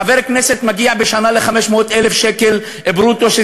חבר כנסת מגיע בשנה ל-500,000 שקל ברוטו,